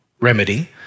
remedy